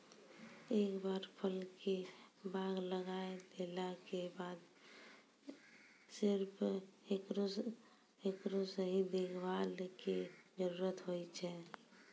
एक बार फल के बाग लगाय देला के बाद सिर्फ हेकरो सही देखभाल के जरूरत होय छै